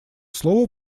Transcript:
слово